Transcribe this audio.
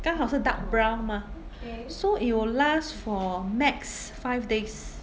刚好是 dark brown mah so it will last for max five days